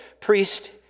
priest